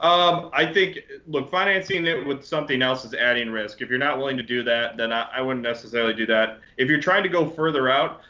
um i think look, financing it with something else is adding risk. if you're not willing to do that, then i wouldn't necessarily do that. if you're trying to go further out,